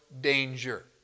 danger